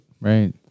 Right